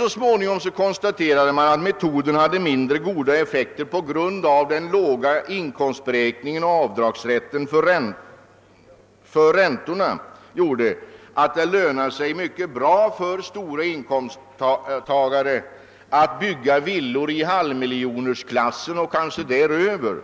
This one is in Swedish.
Så småningom konstaterade man att metoden hade mindre goda effekter på grund av att den låga inkomstberäkningen och avdragsrätten för räntorna gjorde att det lönade sig mycket bra för stora inkomsttagare att bygga villor i halvmiljonersklassen och kanske mer.